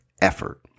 effort